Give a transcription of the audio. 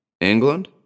England